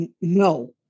No